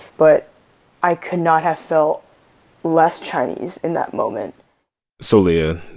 but i could not have felt less chinese in that moment so leah,